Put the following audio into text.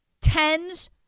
Tens